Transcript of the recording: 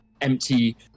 empty